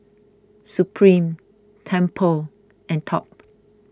Supreme Tempur and Top